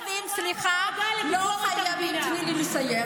ליוצאי אתיופיה וההיסטוריה של יוצאי אתיופיה.